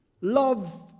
love